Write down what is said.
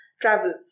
travel